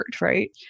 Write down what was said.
right